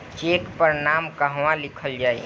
Check पर नाम कहवा लिखल जाइ?